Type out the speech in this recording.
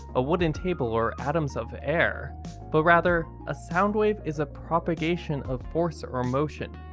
a wooden table, or atoms of air but rather, a sound wave is a propagation of force or motion.